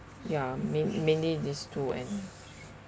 ya main mainly these two and